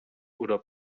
oder